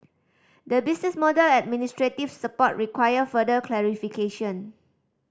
the business model and administrative support require further clarification